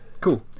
Cool